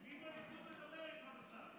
מי בליכוד מדבר איתך בכלל?